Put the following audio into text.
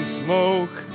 smoke